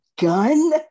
gun